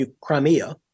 Crimea